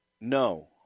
no